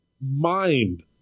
mind